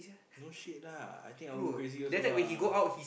no shit lah I think I will go crazy also ah